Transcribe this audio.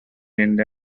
india